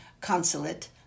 consulate